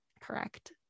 correct